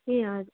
ए हजुर